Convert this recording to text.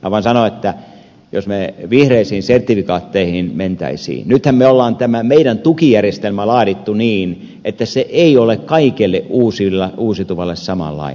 voin sanoa että jos me vihreisiin sertifikaatteihin menisimme nythän me olemme tämän meidän tukijärjestelmämme laatineet niin että se ei ole kaikelle uusiutuvalle samanlainen